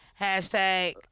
Hashtag